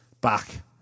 back